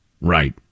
Right